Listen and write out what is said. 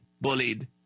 bullied